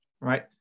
Right